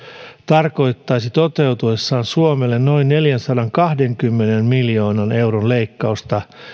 tarkoittaisi toteutuessaan suomelle noin neljänsadankahdenkymmenen miljoonan euron leikkausta